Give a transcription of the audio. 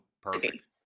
perfect